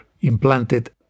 implanted